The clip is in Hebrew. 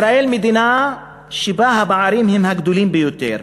ישראל היא מדינה שבה הפערים הם הגדולים ביותר,